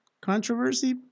controversy